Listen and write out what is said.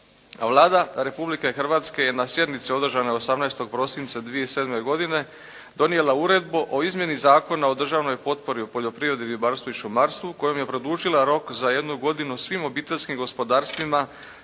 Vlada Republike Hrvatske je na sjednici održanoj 18. prosinca 2007. godine donijela Uredbu o izmjeni Zakona o državnoj potpori u poljoprivredi, ribarstvu i šumarstvu kojom je produžila rok za jednu godinu svim obiteljskim gospodarstvima